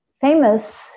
famous